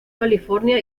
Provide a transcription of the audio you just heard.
california